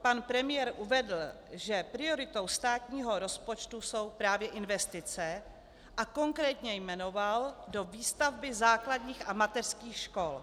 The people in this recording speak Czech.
Pan premiér uvedl, že prioritou státního rozpočtu jsou právě investice, a konkrétně jmenoval do výstavby základních a mateřských škol.